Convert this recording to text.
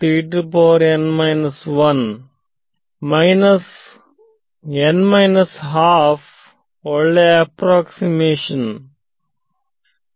n 12 ನಲ್ಲಿ ಒಳ್ಳೆಯ approximation ಏನು